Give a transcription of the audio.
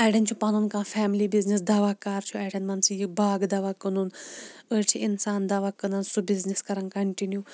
اَڈٮ۪ن چھُ پَنُن کانٛہہ فیملی بِزنِس دَوا کار چھُ اَڈٮ۪ن مان ژٕ یہِ باغہٕ دَوا کٕنُن أڈۍ چھِ اِنسان دَوا کٕنان سُہ بِزنِس کَران کَنٹِنیوٗ